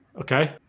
Okay